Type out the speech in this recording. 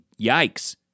yikes